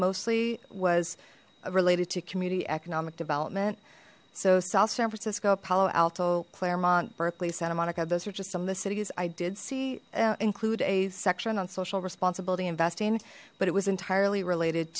mostly was related to community economic development so south san francisco palo alto claremont berkeley santa monica those are just some of the cities did see include a section on social responsibility investing but it was entirely related